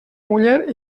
muller